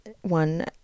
one